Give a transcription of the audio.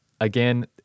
again